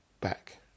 back